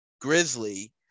Grizzly